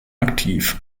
aktiv